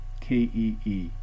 k-e-e